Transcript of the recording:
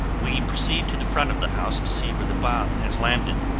we proceed to the front of the house to see where the bomb has landed.